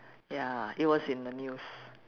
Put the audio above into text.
ya it was in the news